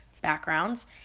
backgrounds